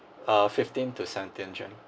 uh fifteen to seventeen jan~